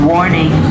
Warning